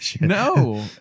No